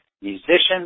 musicians